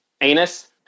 anus